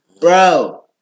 bro